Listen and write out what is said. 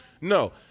No